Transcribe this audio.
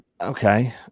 Okay